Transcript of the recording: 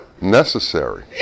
necessary